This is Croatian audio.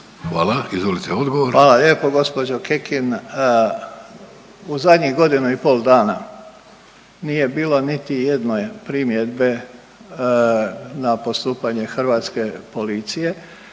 Davor (HDZ)** Hvala lijepo gđo. Kekin. U zadnjih godinu i pol dana nije bilo niti jedne primjedbe na postupanje hrvatske policije